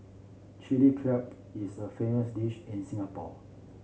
Chilli Crab is a famous dish in Singapore